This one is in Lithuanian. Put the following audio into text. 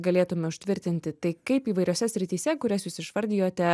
galėtume užtvirtinti tai kaip įvairiose srityse kurias jūs išvardijote